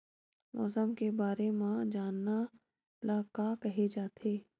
मौसम के बारे म जानना ल का कहे जाथे?